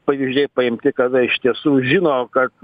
pavyzdžiai paimti kada iš tiesų žino kad